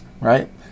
right